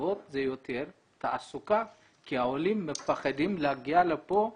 הסיבות הן יותר תעסוקה כי העולים מפחדים להגיע לפה.